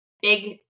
big